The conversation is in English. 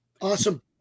Awesome